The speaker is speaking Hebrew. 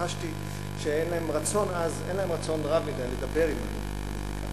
חשתי שאין להם רצון רב מדי לדבר עם הפוליטיקאים.